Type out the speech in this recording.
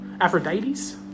Aphrodites